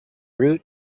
route